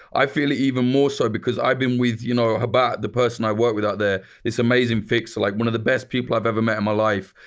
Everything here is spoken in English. i feel even more so, because i've been with, you know, habat, the person i work with out there. this amazing fixer. like one of the best people i've ever met in my life.